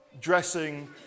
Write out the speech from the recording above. dressing